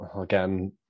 again